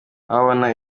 wabona